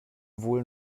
wohl